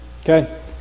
Okay